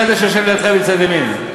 תשאל את זה שיושב לידך מצד ימין.